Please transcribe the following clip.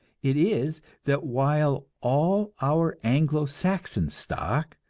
it is that while all our anglo-saxon stock,